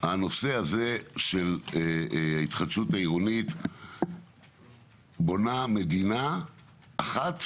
הוא שהנושא של ההתחדשות העירונית בונה מדינה אחת,